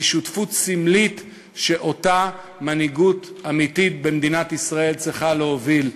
היא שותפות סמלית שאותה מנהיגות אמיתית במדינת ישראל צריכה להוביל.